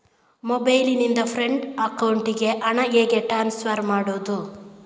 Mobile ನಿಂದ friend ಅಕೌಂಟಿಗೆ ಹಣ ಹೇಗೆ ಟ್ರಾನ್ಸ್ಫರ್ ಮಾಡುವುದು?